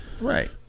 Right